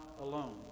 alone